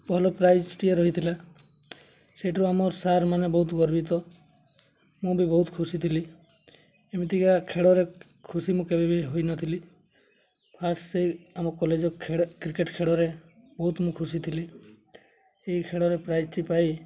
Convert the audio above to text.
ଭଲ ପ୍ରାଇଜ୍ଟିଏ ରହିଥିଲା ସେଇଠୁ ଆମ ସାର୍ମାନେ ବହୁତ ଗର୍ବିତ ମୁଁ ବି ବହୁତ ଖୁସି ଥିଲି ଏମିତିକା ଖେଳରେ ଖୁସି ମୁଁ କେବେ ବି ହୋଇନଥିଲି ଫାଷ୍ଟ୍ ସେହି ଆମ କଲେଜ୍ର କ୍ରିକେଟ୍ ଖେଳରେ ବହୁତ ମୁଁ ଖୁସି ଥିଲି ଏହି ଖେଳରେ ପ୍ରାଇଜ୍ଟି ପାଇ